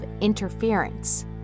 interference